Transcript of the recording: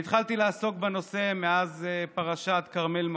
התחלתי לעסוק בנושא מאז פרשת כרמל מעודה,